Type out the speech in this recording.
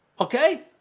okay